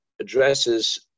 addresses